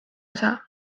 osa